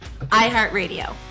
iHeartRadio